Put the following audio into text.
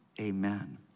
amen